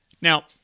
Now